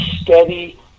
steady